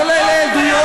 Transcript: אבל אלה עדויות,